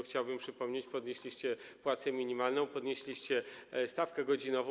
Chciałbym przypomnieć, że podnieśliście płacę minimalną, podnieśliście stawkę godzinową.